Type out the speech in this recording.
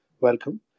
welcome